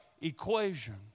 equation